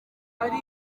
ari